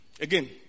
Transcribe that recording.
Again